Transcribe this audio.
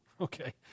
Okay